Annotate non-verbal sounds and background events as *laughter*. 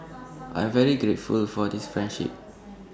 *noise* I'm very grateful for this friendship